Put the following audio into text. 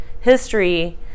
history